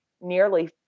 nearly